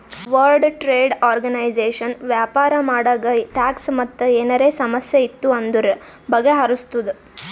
world trade organisation ವ್ಯಾಪಾರ ಮಾಡಾಗ tax ಮತ್ ಏನರೇ ಸಮಸ್ಯೆ ಇತ್ತು ಅಂದುರ್ ಬಗೆಹರುಸ್ತುದ್